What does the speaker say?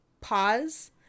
pause